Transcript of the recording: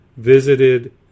visited